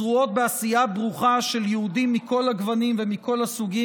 זרועות בעשייה ברוכה של יהודים מכל הגוונים ומכל הסוגים,